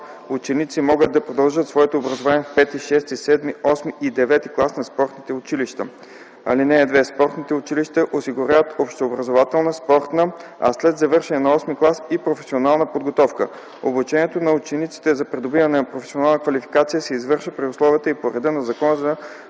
ученици могат да продължат своето образование в V, VІ, VІІ, VІІІ и ІХ клас на спортните училища. (2) Спортните училища осигуряват общообразователна, спортна, а след завършен VІІІ клас – и професионална подготовка. Обучението на учениците за придобиване на професионална квалификация се извършва при условията и по реда на Закона за